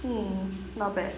hmm not bad